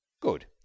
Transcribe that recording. Good